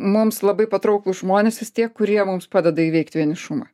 mums labai patrauklūs žmonės vis tiek kurie mums padeda įveikti vienišumą